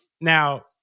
Now